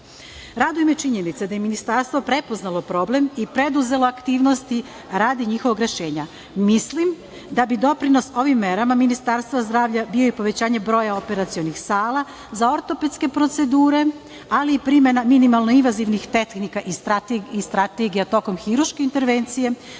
me činjenica da je Ministarstvo prepoznalo problem i preduzelo aktivnosti radi njihovog rešenja. Mislim da bi doprinos ovim merama Ministarstva zdravlja bio i povećanje broja operacionih sala za ortopedske procedure, ali i primena minimalno invazivnih tehnika i strategija tokom hirurške intervencije,